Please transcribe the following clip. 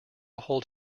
hold